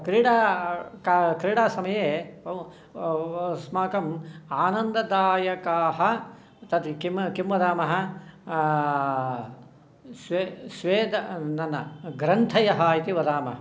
क्रीडा का क्रीडासमये अस्माकम् आनन्ददायकाः तद् किं किं वदामः स्वेदः न न ग्रन्थयः इति वदामः